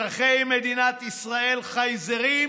אזרחי מדינת ישראל חייזרים?